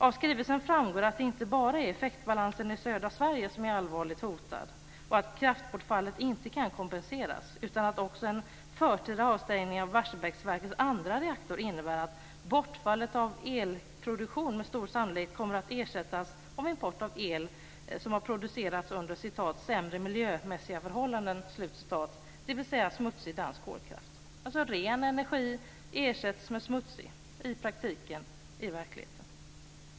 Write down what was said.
Av skrivelsen framgår att det inte bara är så att effektbalansen i södra Sverige är allvarligt hotad och att kraftbortfallet inte kan kompenseras. Det är också så att en förtida avstängning av Barsebäcksverkets andra reaktor innebär att bortfallet av elproduktion med stor sannolikhet kommer att ersättas av import av el som har producerats under, som det heter, sämre miljömässiga förhållanden, dvs. smutsig dansk kolkraft. Ren energi ersätts alltså i praktiken, i verkligheten, med smutsig.